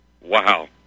Wow